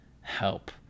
help